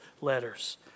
letters